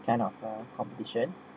kind of a competition